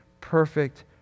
perfect